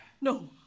No